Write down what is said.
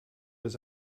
his